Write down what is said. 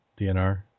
DNR